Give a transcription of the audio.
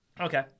Okay